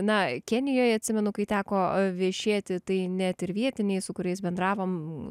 na kenijoje atsimenu kai teko viešėti tai net ir vietiniai su kuriais bendravom